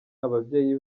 ababyeyi